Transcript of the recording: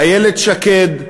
איילת שקד,